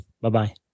Bye-bye